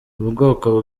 ubwoko